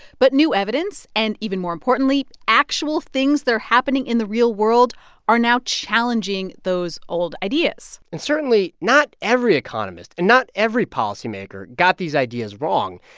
but new evidence and, even more importantly, actual things that are happening in the real world are now challenging those old ideas and, certainly, not every economist and not every policymaker got these ideas wrong.